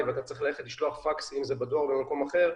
ואתה צריך לשלוח פקס מהדואר או ממקום אחר,